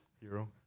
Hero